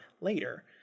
later